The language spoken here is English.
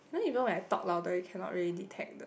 know you know when I talk louder you cannot really detect the